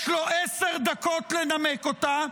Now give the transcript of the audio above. יש לו עשר דקות לנמק אותה,